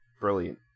brilliant